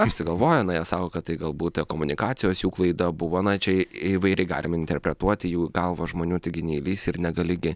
apsigalvojo na jie sako kad tai galbūt komunikacijos jų klaida buvo na čia įvairiai galim interpretuoti jų galvą žmonių taigi neįlysi ir negali gi